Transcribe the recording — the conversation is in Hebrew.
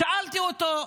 שאלתי אותו: